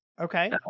okay